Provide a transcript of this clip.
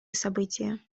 события